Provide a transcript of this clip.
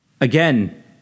again